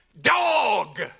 Dog